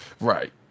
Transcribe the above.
Right